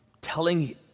telling